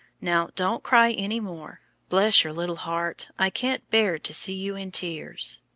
now, don't cry any more bless your little heart, i can't bear to see you in tears.